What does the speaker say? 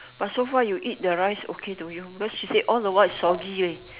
but so far you eat the rice okay to you cause she say all the while it's soggy eh